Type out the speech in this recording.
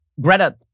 Greta